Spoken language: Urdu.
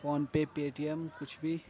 فون پے پے ٹی ایم کچھ بھی